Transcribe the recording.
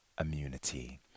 immunity